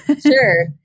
Sure